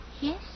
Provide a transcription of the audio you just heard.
Yes